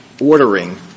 ordering